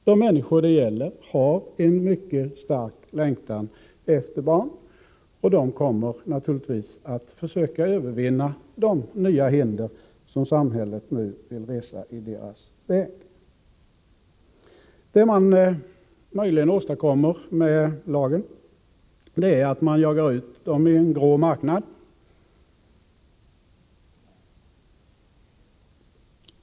De människor det gäller har en mycket stark längtan efter barn, och de kommer naturligtvis att försöka övervinna de nya hinder som samhället nu vill resa i deras väg. Vad man möjligen åstadkommer med lagen är att man jagar ut de blivande föräldrarna i en grå marknad.